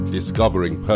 Discovering